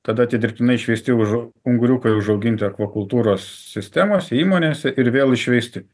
tada tie dirbtinai išvesti už unguriukai užauginti akvakultūros sistemose įmonėse ir vėl išveisti